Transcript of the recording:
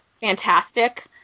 fantastic